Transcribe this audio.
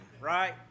right